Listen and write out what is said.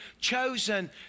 chosen